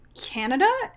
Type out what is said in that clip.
Canada